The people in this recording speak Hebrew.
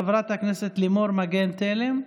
חברת הכנסת לימור מגן תלם,